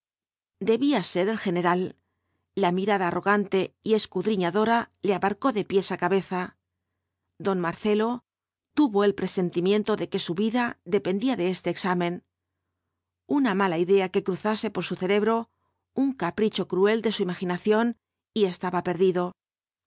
debía ser el general la mirada arrogante y escudriñadora le abarcó de pies á cabeza don marcelo tuvo el presentimiento de que su vida dependía de este examen una mala idea que cruzase por su cerebro un capricho cruel de su imaginación y estaba perdido